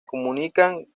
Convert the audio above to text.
comunican